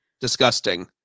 disgusting